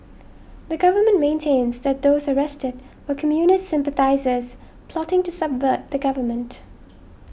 the government maintains that those arrested were communist sympathisers plotting to subvert the government